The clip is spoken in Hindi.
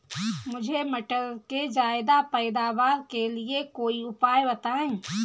मुझे मटर के ज्यादा पैदावार के लिए कोई उपाय बताए?